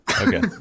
Okay